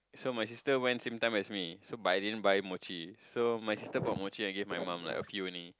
so my sister went same time as me so but I didn't buy mochi so my sister bought mochi and gave my mum like a few only